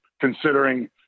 considering